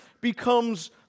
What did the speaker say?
becomes